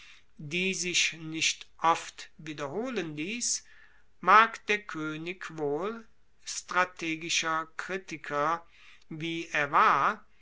die sich nicht oft wiederholen liess mag der koenig wohl strategischer kritiker wie er war